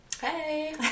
Hey